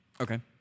Okay